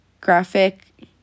graphic